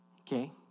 Okay